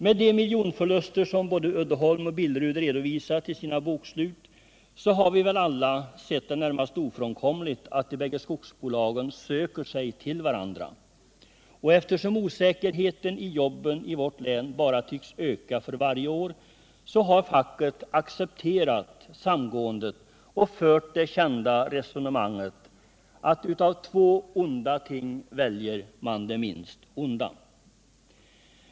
Med de miljonförluster som både Uddeholm och Billerud redovisat i sina bokslut har vi väl alla sett det som närmast ofrånkomligt att de bägge skogsbolagen söker sig till varandra, och eftersom osäkerheten om jobben i vårt län bara tycks öka för varje år har facket accepterat samgåendet och fört det kända resonemanget att av två onda ting väljer man det minst onda.